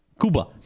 Cuba